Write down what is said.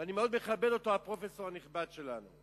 ואני מאוד מכבד אותו, את הפרופסור הנכבד שלנו,